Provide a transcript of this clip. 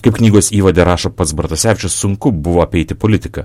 kaip knygos įvade rašo pats bartasevičius sunku buvo apeiti politiką